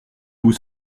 vous